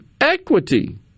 equity